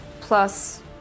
plus